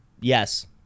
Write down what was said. Yes